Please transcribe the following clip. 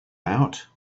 out